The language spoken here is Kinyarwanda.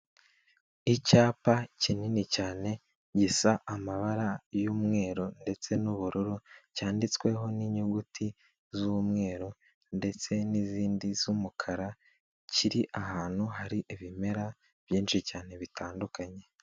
Icyapa kinini cyane gisa amabara y'umweru ndetse n'ubururu cyanditsweho n'inyuguti z'umweru ndetse n'izindi z'umukara kiri ahantu hari ibimera byinshi cyane bitandukanye.